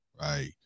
Right